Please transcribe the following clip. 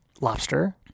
lobster